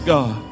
God